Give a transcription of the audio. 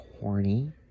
horny